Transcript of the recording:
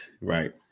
Right